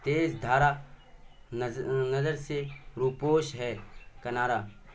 تیز دھارا نظر سے روپوش ہے کنارا